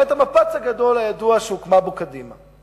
והיה המפץ הגדול הידוע שהוקמה בו קדימה.